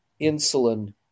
insulin